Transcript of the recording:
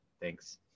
thanks